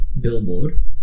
billboard